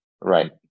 Right